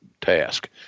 task